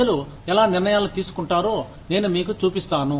ప్రజలు ఎలా నిర్ణయాలు తీసుకుంటారో నేను మీకు చూపిస్తాను